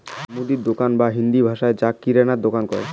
মুদির দোকান বা হিন্দি ভাষাত যাক কিরানা দুকান কয়